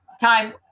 time